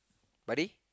buddy